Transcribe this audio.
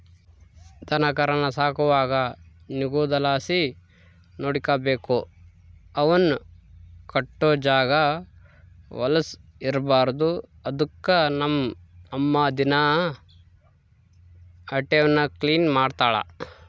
ದನಕರಾನ ಸಾಕುವಾಗ ನಿಗುದಲಾಸಿ ನೋಡಿಕಬೇಕು, ಅವುನ್ ಕಟ್ಟೋ ಜಾಗ ವಲುಸ್ ಇರ್ಬಾರ್ದು ಅದುಕ್ಕ ನಮ್ ಅಮ್ಮ ದಿನಾ ಅಟೇವ್ನ ಕ್ಲೀನ್ ಮಾಡ್ತಳ